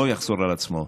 לא יחזור על עצמו.